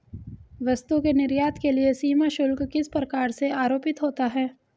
वस्तु के निर्यात के लिए सीमा शुल्क किस प्रकार से आरोपित होता है?